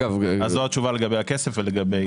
זו התשובה לגבי הכסף ולגבי לוחות הזמנים.